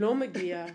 לא מגיעה